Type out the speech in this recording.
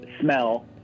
smell